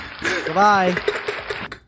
Goodbye